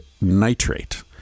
nitrate